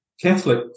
Catholic